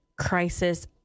crisis